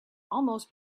almost